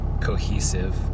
cohesive